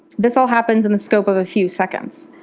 this all happens in the span of a few seconds.